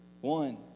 One